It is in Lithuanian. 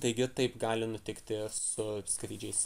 taigi taip gali nutikti ir su skrydžiais